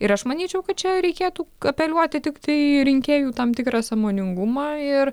ir aš manyčiau kad čia reikėtų apeliuoti tiktai į rinkėjų tam tikrą sąmoningumą ir